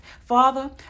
Father